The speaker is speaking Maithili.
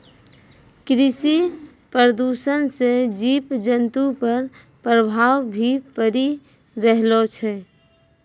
कृषि प्रदूषण से जीव जन्तु पर प्रभाव भी पड़ी रहलो छै